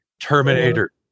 Terminator